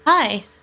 Hi